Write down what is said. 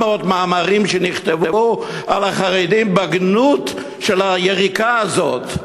מאמרים שנכתבו על החרדים בגנות היריקה הזאת.